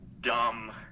dumb